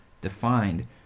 defined